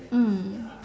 mm